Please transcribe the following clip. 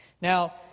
Now